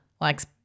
likes